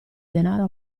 denaro